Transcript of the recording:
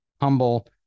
humble